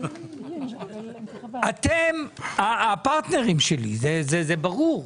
אתם הפרטנרים שלי, זה ברור.